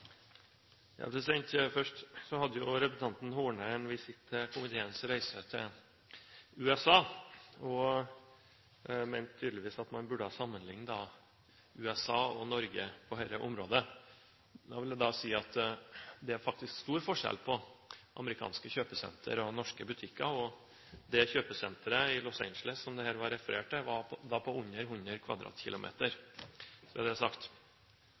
Først: Representanten Horne hadde en visitt til komiteens reise til USA. Hun mente tydeligvis at man burde sammenlikne USA og Norge på dette området. Jeg vil jo da si at det faktisk er stor forskjell på amerikanske kjøpesentre og norske butikker, og det kjøpesenteret i Los Angeles som det ble referert til, var på under 100 km2, bare så det er sagt. Men det